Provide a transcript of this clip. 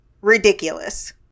Ridiculous